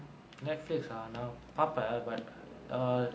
netflix ah நா பாப்ப:naa paappa but err